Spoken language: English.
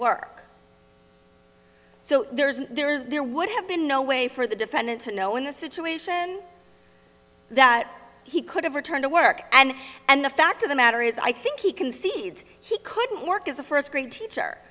work so there isn't there is there would have been no way for the defendant to know in this situation that he could have returned to work and and the fact of the matter is i think he concedes he couldn't work as a first grade teacher